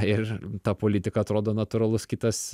ir ta politika atrodo natūralus kitas